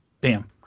bam